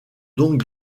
donc